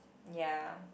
ya